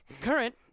Current